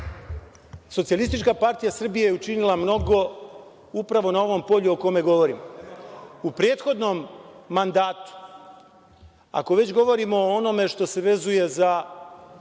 druge strane, SPS je učinila mnogo upravo na ovom polju o kome govorimo. U prethodnom mandatu, ako već govorimo o onome što se vezuje za